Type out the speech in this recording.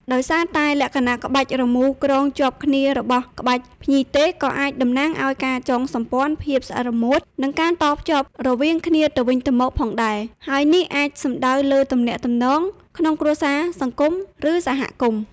ដោយសារតែលក្ខណៈក្បាច់រមូរក្រងជាប់គ្នារបស់ក្បាច់ភ្ញីទេសក៏អាចតំណាងឱ្យ ការចងសម្ព័ន្ធ ភាពស្អិតរមួត និងការតភ្ជាប់ រវាងគ្នាទៅវិញទៅមកផងដែរ ហើយនេះអាចសំដៅលើទំនាក់ទំនង ក្នុងគ្រួសារ សង្គម ឬសហគមន៍។